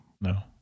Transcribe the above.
No